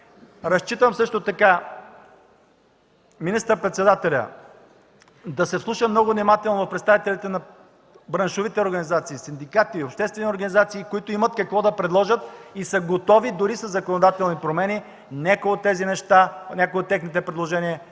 Разчитам и министър-председателят да се вслуша много внимателно в представителите на браншовите организации, синдикати и обществени организации, които имат какво да предложат и са готови дори със законодателни промени. Някои от техните предложения